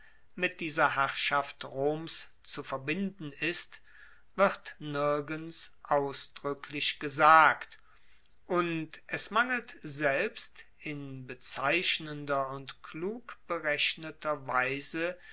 mit dieser herrschaft roms zu verbinden ist wird nirgends ausdruecklich gesagt und es mangelt selbst in bezeichnender und klug berechneter weise